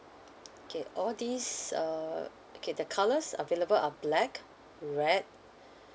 okay all these uh okay the colours available are black red